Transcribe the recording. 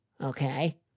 Okay